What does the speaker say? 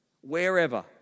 wherever